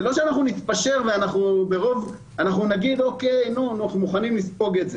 זה לא שנתפשר ונגיד שאנחנו מוכנים לספוג את זה.